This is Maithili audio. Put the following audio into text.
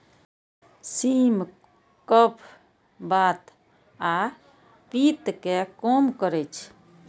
सिम कफ, बात आ पित्त कें कम करै छै